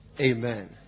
Amen